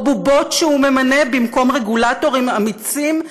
או בובות שהוא ממנה במקום רגולטורים אמיצים,